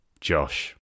Josh